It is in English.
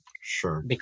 Sure